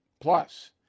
Plus